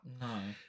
No